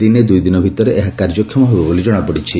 ଦିନେ ଦୁଇଦିନ ଭିତରେ ଏହା କାର୍ଯ୍ୟକ୍ଷମ ହେବ ବୋଲି ଜଣାପଡିଛି